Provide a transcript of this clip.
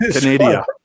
Canada